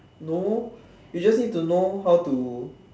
no you just need to know how to